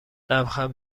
لبخند